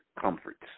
comforts